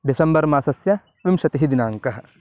December मासस्य विंशतिः दिनाङ्कः